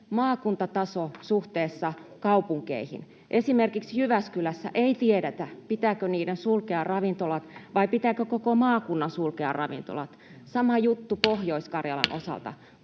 maakuntataso suhteessa kaupunkeihin. Esimerkiksi Jyväskylässä ei tiedetä, pitääkö niiden sulkea ravintolat vai pitääkö koko maakunnan sulkea ravintolat. Sama juttu